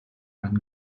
einen